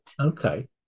Okay